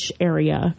area